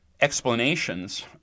explanations